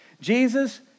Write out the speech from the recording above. Jesus